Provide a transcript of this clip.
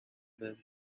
men